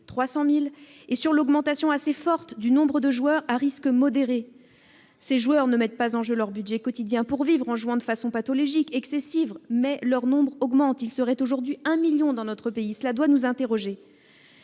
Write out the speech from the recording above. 300 000 -et sur l'augmentation assez forte du nombre de joueurs à risque modéré. Ces joueurs ne compromettent pas l'équilibre de leur budget quotidien en jouant de façon pathologique, excessive, mais leur nombre augmente et atteindrait aujourd'hui 1 million dans notre pays, ce qui doit nous conduire